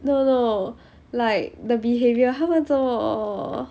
no no like the behavior 他们做么